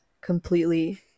completely